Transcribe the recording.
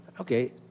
Okay